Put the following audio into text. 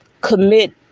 commit